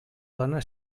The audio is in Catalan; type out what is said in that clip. dona